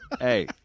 hey